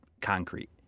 concrete